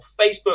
Facebook